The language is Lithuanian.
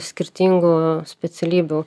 skirtingų specialybių